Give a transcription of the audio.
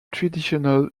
traditional